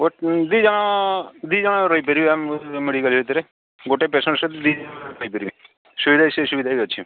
ଗୋ ଦି ଜଣ ଦୁଇ ଜଣ ରହିପାରିବେ ଆମ ମେଡ଼ିକାଲ ଭିତରେ ଗୋଟେ ପେସେଣ୍ଟ ସହିତ ଦୁଇ ଜଣ ରହିପାରିବି ସୁବିଧା ସେ ସୁବିଧା ବି ଅଛି